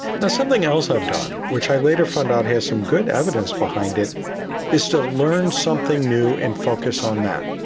and something else i've done, which i later found out has some good evidence behind it is to learn something new and focus on that.